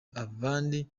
abandi